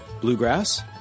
bluegrass